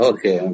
Okay